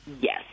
yes